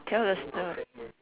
tell a story